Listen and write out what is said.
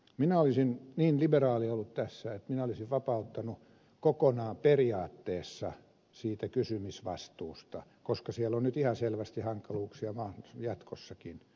minä olisin niin liberaali ollut tässä että minä olisin vapauttanut kokonaan periaatteessa siitä kysymisvastuusta koska siellä on nyt ihan selvästi hankaluuksia jatkossakin